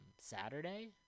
Saturday